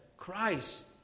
Christ